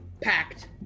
packed